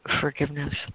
forgiveness